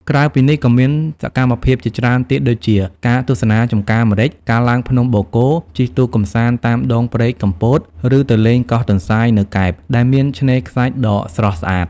ក្រៅពីនេះ ក៏មានសកម្មភាពជាច្រើនទៀតដូចជា ការទស្សនាចម្ការម្រេច ការឡើងភ្នំបូកគោ ជិះទូកកម្សាន្តតាមដងព្រែកកំពត ឬទៅលេងកោះទន្សាយនៅកែប ដែលមានឆ្នេរខ្សាច់ដ៏ស្រស់ស្អាត។